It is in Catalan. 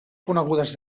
conegudes